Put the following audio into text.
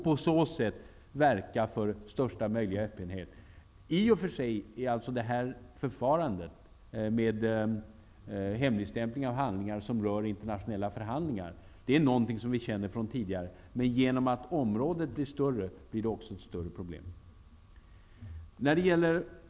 På så sätt kan vi verka för största möjliga öppenhet. Förfarandet med hemligstämplandet av handlingar som rör internationella förhandlingar känner vi till sedan tidigare. Men eftersom området blir större blir också problemet större.